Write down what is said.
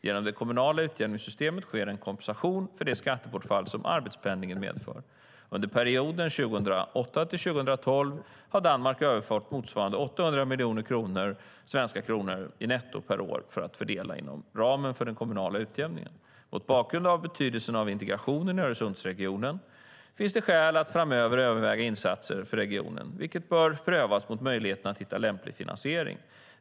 Genom det kommunala utjämningssystemet sker en kompensation för det skattebortfall som arbetspendlingen medför. Under perioden 2008-2012 har Danmark överfört motsvarande 800 miljoner svenska kronor netto per år att fördela inom ramen för den kommunala utjämningen. Mot bakgrund av betydelsen av integration i Öresundsregionen finns det skäl att framöver överväga insatser för regionen, vilket bör prövas mot möjligheten att hitta lämplig finansiering.